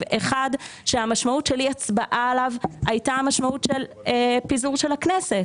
אחד שהמשמעות של אי הצבעה עליו הייתה משמעות של פיזור של הכנסת.